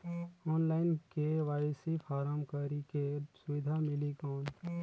Online KYC form करेके सुविधा मिली कौन?